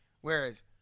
Whereas